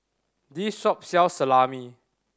this shop sells Salami